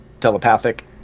telepathic